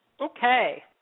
Okay